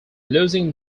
losing